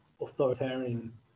authoritarian